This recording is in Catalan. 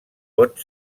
pot